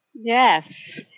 Yes